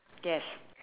yes